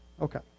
Okay